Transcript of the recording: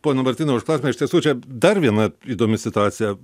pone martynai už klausimą iš tiesų čia dar viena įdomi situacija